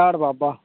हांजी